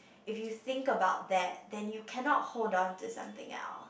If you think about that then you cannot hold on to something else